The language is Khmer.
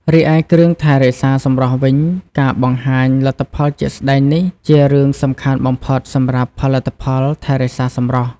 រីឯគ្រឿងថែរក្សាសម្រស់វិញការបង្ហាញលទ្ធផលជាក់ស្តែងនេះជារឿងសំខាន់បំផុតសម្រាប់ផលិតផលថែរក្សាសម្រស់។